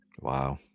wow